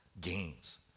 gains